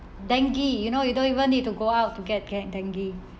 dengue you know you don't even need to go out to get get dengue